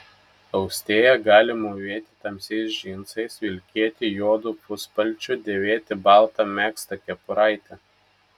austėja gali mūvėti tamsiais džinsais vilkėti juodu puspalčiu dėvėti baltą megztą kepuraitę